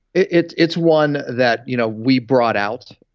it's it's one that you know we brought out.